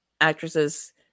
actresses